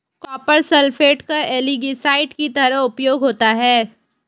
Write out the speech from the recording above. copper sulphate का algicide की तरह उपयोग होता है